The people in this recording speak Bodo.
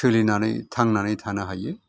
सोलिनानै थांनानै थानो हायो